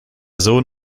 sohn